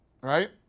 right